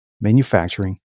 manufacturing